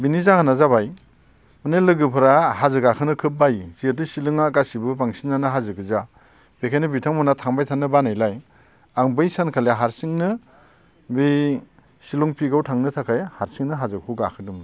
बिनि जाहोना जाबाय माने लोगोफोरा हाजो गाखोनो खोब बायो जिहेथु शिलंआ गासिबो बांसिनानो हाजोगोजा बेखायनो बिथांमोना थांबाय थानो बानायलाय आं बै सानखिलि हारसिंनो बै शिलं पिकआव थांनो थाखाय हारसिंनो हाजोखौ गाखोदोंमोन